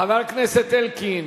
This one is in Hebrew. חבר הכנסת אלקין.